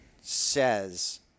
says